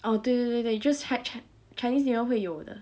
oh 对对对对对 just had chin~ chinese new year 会有的